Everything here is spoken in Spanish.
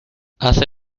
hace